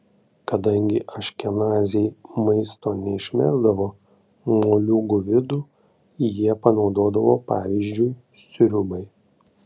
kadangi aškenaziai maisto neišmesdavo moliūgų vidų jie panaudodavo pavyzdžiui sriubai